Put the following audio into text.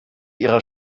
ihrer